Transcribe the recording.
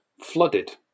flooded